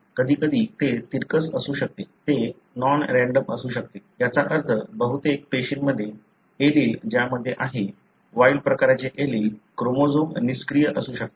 कधीकधी ते तिरकस असू शकते ते नॉन रँडम असू शकते याचा अर्थ बहुतेक पेशींमध्ये एलील ज्यामध्ये आहे वाइल्ड प्रकारचे एलील क्रोमोझोम निष्क्रिय असू शकतात